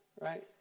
right